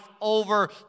over